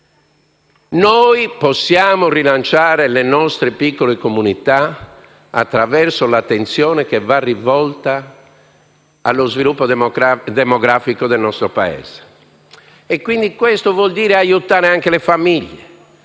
Possiamo rilanciare le nostre piccole comunità attraverso un'attenzione allo sviluppo demografico del nostro Paese. Ciò vuol dire aiutare anche le famiglie,